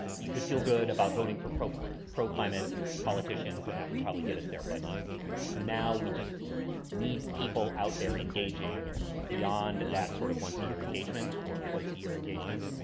you could feel good about voting for pro but pro climate politicians and that would probably get us there. but now we just need people out there engaging beyond that sort of once a year engagement or twice a year engagement.